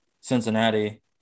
Cincinnati